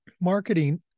marketing